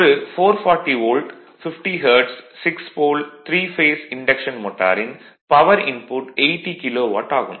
ஒரு 440 volt 50 hertz 6 pole 3 phase induction மோட்டாரின் power input 80 kilowatt ஆகும்